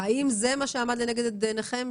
האם זה מה שעמד לנגד עיניכם,